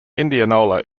indianola